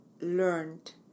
learned